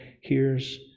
hears